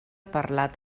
parlat